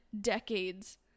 decades